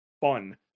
fun